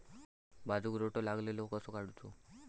काजूक रोटो लागलेलो कसो काडूचो?